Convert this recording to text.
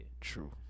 True